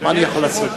מה אני יכול לעשות?